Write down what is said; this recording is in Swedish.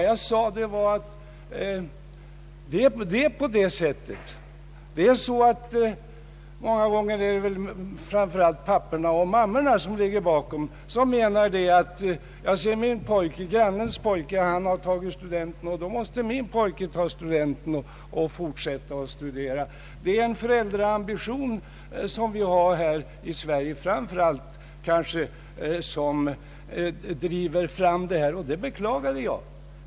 Jag sade att det många gånger är papporna och mammorna som ligger bakom. ”Grannens pojke har tagit studenten, och då måste min pojke också ta studenten och fortsätta att studera”, brukar det heta. Det finns — kanske framför allt här i Sverige — en föräldraambition som driver fram det här, och det beklagar jag.